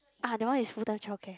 ah that one is full time childcare